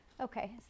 Okay